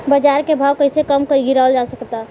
बाज़ार के भाव कैसे कम गीरावल जा सकता?